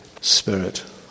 Spirit